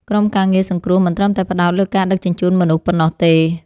ក្រុមការងារសង្គ្រោះមិនត្រឹមតែផ្ដោតលើការដឹកជញ្ជូនមនុស្សប៉ុណ្ណោះទេ។